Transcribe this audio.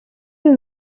uyu